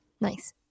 Nice